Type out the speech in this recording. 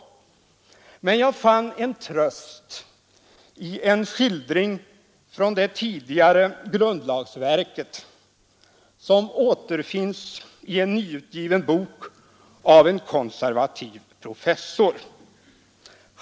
Men jag fann en tröst i en skildring från tillkomsten av det tidigare grundlagsverket som återfinns i en nyutgiven bok av en konservativ professor.